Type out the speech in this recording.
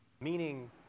Meaning